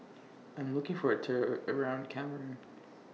I'm looking For A Tour around Cameroon